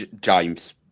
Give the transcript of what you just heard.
James